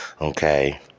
okay